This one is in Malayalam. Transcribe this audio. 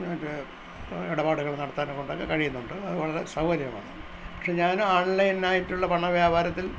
വേണ്ട ഇടപാടുകൾ നടത്താനും കൊണ്ടൊക്കെ കഴിയുന്നുണ്ട് അത് വളരെ സൗകര്യമാണ് പക്ഷെ ഞാനും ഓൺലൈനായിട്ടുള്ള പണവ്യാപാരത്തിൽ